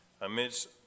amidst